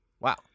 Wow